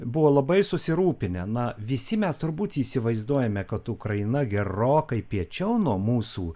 buvo labai susirūpinę na visi mes turbūt įsivaizduojame kad ukraina gerokai piečiau nuo mūsų